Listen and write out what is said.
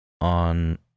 on